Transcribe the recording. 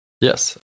Yes